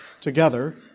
together